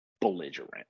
belligerent